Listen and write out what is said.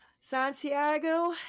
Santiago